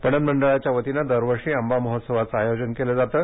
पणन मंडळाच्या वतीनं दरवर्षी आंबा महोत्सवाचे आयोजन केले जाते